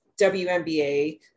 WNBA